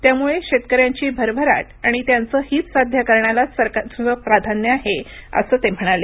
त्यामुळे शेतकऱ्यांची भरभराट आणि त्यांचं हित साध्य करण्यालाच सरकारचं प्राधान्य आहे असं ते म्हणाले